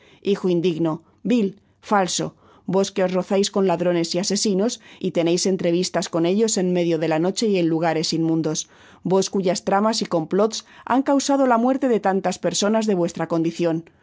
hijo indigno vil falso vos que os rozais con ladrones y asesinos y teneis entrevistas con ellos en medio de la noche y en lugares inmundos vos cuyas tramas y complots han causado la muerte de tantas personas de vuestra condicion